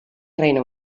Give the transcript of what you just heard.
reino